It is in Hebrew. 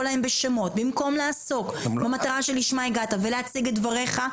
להם בשמות במקום לעסוק במטרה שלמה הגעת ולהציג את דבריך,